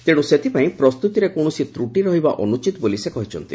ତେଣୁ ସେଥିପାଇଁ ପ୍ରସ୍ତୁତିରେ କୌଣସି ତ୍ରଟି ରହିବା ଅନୁଚିତ ବୋଲି ସେ କହିଛନ୍ତି